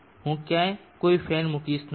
હું ક્યાંય કોઈ ફેન મૂકીશ નહીં